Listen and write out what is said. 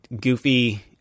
goofy